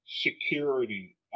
security